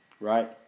right